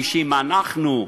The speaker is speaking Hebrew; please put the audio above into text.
חשבתי שאם אנחנו,